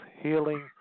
healing